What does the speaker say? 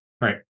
Right